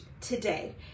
today